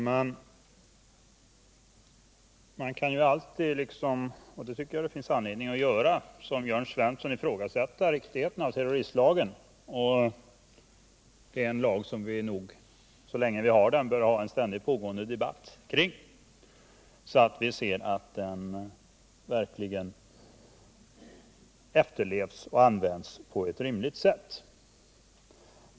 Herr talman! Man kan alltid — och det tycker jag att det finns anledning att göra — som Jörn Svensson ifrågasätta riktigheten av terroristlagen, en lag som vi nog så länge vi har den bör ha en ständigt pågående debatt om, så att vi ser att den verkligen efterlevs och används på ett rimligt sätt.